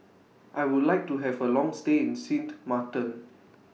I Would like to Have A Long stay in Sint Maarten